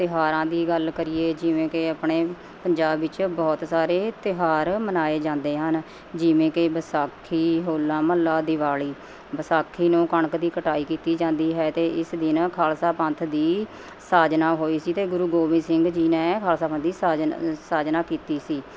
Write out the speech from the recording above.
ਤਿਉਹਾਰਾਂ ਦੀ ਗੱਲ ਕਰੀਏ ਜਿਵੇਂ ਕਿ ਆਪਣੇ ਪੰਜਾਬ ਵਿੱਚ ਬਹੁਤ ਸਾਰੇ ਤਿਉਹਾਰ ਮਨਾਏ ਜਾਂਦੇ ਹਨ ਜਿਵੇਂ ਕਿ ਵਿਸਾਖੀ ਹੋਲਾ ਮਹੱਲਾ ਦੀਵਾਲੀ ਵਿਸਾਖੀ ਨੂੰ ਕਣਕ ਦੀ ਕਟਾਈ ਕੀਤੀ ਜਾਂਦੀ ਹੈ ਅਤੇ ਇਸ ਦਿਨ ਖਾਲਸਾ ਪੰਥ ਦੀ ਸਾਜਨਾ ਹੋਈ ਸੀ ਅਤੇ ਗੁਰੂ ਗੋਬਿੰਦ ਸਿੰਘ ਜੀ ਨੇ ਖਾਲਸਾ ਪੰਥ ਦੀ ਸਾਜਨਾ ਸਾਜਨਾ ਕੀਤੀ ਸੀ